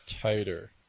tighter